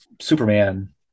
Superman